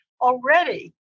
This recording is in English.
already